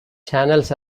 channels